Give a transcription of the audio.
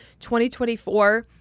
2024